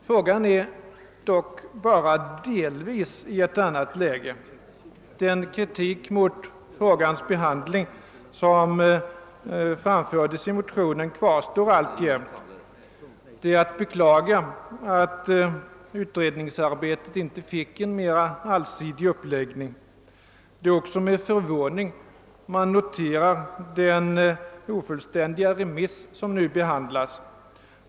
Frågan är dock bara delvis i ett annat läge. Den kritik mot frågans behandling som framfördes i motionen kvarstår alltjämt. Det är att beklaga att utredningsarbetet inte fick en mera allsidig uppläggning. Det är också med förvåning man noterar den ofullständiga remissen.